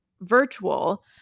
virtual